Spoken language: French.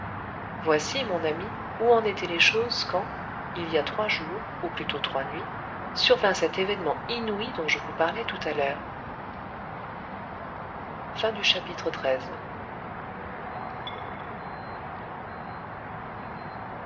voici mon ami où en étaient les choses quand il y a trois jours ou plutôt trois nuits survint cet événement inouï dont je vous parlais tout à l'heure